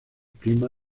prima